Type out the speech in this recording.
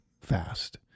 fast